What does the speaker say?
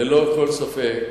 ללא כל ספק,